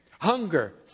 Hunger